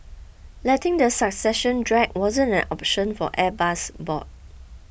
letting the succession drag wasn't an option for Airbus's board